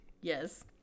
Yes